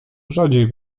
rzadziej